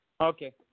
Okay